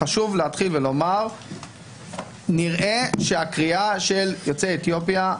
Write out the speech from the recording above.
חשוב להתחיל ולומר שנראה שהקריאה של יוצאי אתיופיה,